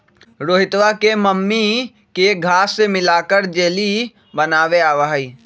रोहितवा के मम्मी के घास्य मिलाकर जेली बनावे आवा हई